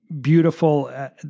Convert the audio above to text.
beautiful